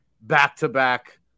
back-to-back